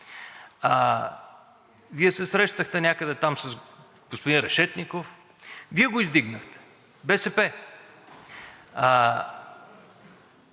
Вие се срещахте някъде там с господин Решетников. Вие го издигнахте – БСП,